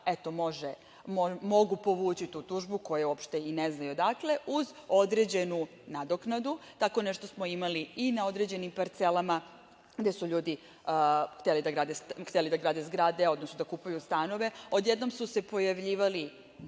eto, mogu povući tu tužbu za koju uopšte i ne znaju odakle je, uz određenu nadoknadu. Tako nešto smo imali i na određenim parcelama gde su ljudi hteli da grade zgrade, odnosno da kupuju stanove, odjednom su se pojavljivali